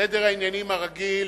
סדר העניינים הרגיל